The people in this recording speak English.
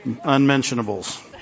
unmentionables